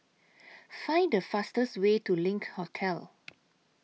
Find The fastest Way to LINK Hotel